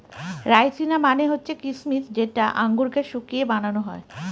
রাইসিনা মানে হচ্ছে কিসমিস যেটা আঙুরকে শুকিয়ে বানানো হয়